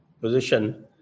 position